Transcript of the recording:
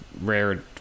rare